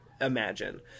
imagine